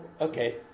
okay